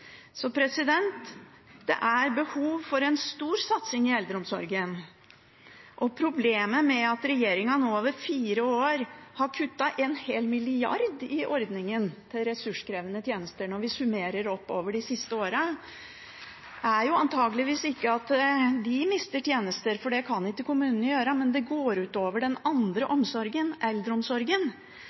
Så det er behov for en stor satsing i eldreomsorgen. Problemet med at regjeringen nå over fire år har kuttet en hel milliard i ordningen til ressurskrevende tjenester når vi summerer opp over de siste årene, er antageligvis ikke at de mister tjenester, for det kan ikke kommunene, men det går ut over den andre omsorgen, eldreomsorgen.